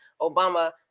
Obama